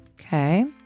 Okay